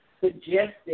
suggested